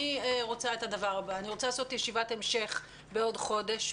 אני רוצה לעשות ישיבת המשך בעוד חודש.